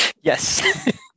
yes